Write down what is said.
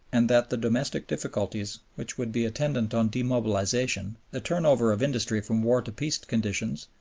and that the domestic difficulties which would be attendant on demobilization, the turn-over of industry from war to peace conditions,